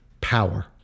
power